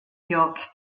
york